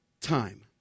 time